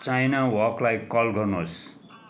China वकलाई call गर्नुहोस्